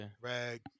Rag